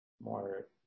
more